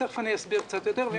תיכף אסביר קצת יותר.